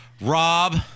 Rob